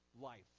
life